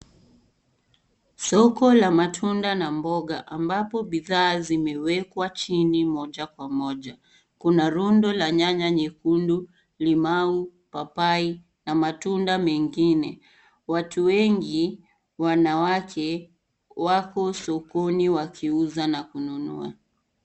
Soko la matunda na mboga ambapo bidhaa zimewekwa chini moja kwa moja , kuna riuudo la nyanya nyekundiu,, limau papai na matunda mengine . Watu wengi wanawake wako sokoni wakiuza na kununua .